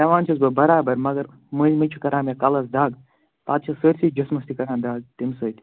کھیٚوان چھُس بہٕ برابَر مگر مٔنٛزۍ مٔنٛزۍ چھِ کران مےٚ کَلَس دَغ پتہٕ چھِ سٲرسٕے جَسمَس تہِ کران دَغ تٔمۍ سۭتۍ